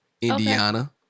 Indiana